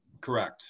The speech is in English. correct